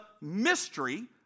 mystery